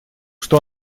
что